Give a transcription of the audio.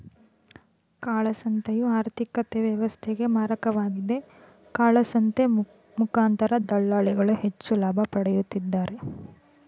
ಕಾಳಸಂತೆಯು ಆರ್ಥಿಕತೆ ವ್ಯವಸ್ಥೆಗೆ ಮಾರಕವಾಗಿದೆ, ಕಾಳಸಂತೆ ಮುಖಾಂತರ ದಳ್ಳಾಳಿಗಳು ಹೆಚ್ಚು ಲಾಭ ಪಡೆಯುತ್ತಿದ್ದಾರೆ